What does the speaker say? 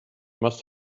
must